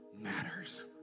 matters